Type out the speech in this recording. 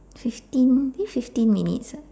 fifteen think fifteen minutes ah